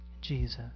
Jesus